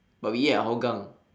but we eat at hougang